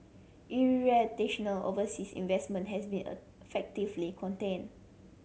overseas investment has been effectively contained